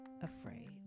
afraid